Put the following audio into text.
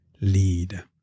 lead